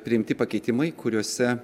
priimti pakeitimai kuriuose